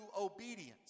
obedience